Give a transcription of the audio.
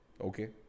Okay